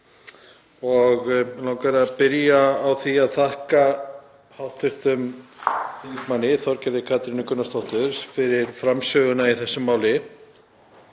Mig langar að byrja á að þakka hv. þm. Þorgerði Katrínu Gunnarsdóttur fyrir framsöguna í þessu máli.